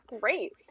great